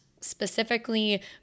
specifically